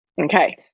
Okay